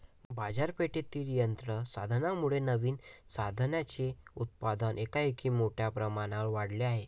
बाजारपेठेतील यंत्र साधनांमुळे नवीन साधनांचे उत्पादन एकाएकी मोठ्या प्रमाणावर वाढले आहे